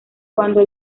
cuando